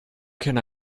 can